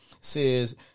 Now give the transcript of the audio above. says